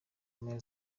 moya